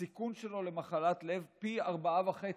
הסיכון שלו למחלת לב הוא פי ארבעה וחצי.